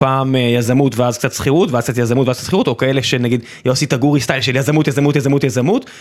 פעם יזמות ואז קצת שכירות, ואז קצת יזמות, ואז קצת שכירות, או כאלה שנגיד גורי סטייל של יזמות יזמות יזמות יזמות.